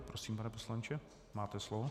Prosím, pane poslanče, máte slovo.